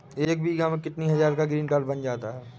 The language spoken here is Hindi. एक बीघा में कितनी हज़ार का ग्रीनकार्ड बन जाता है?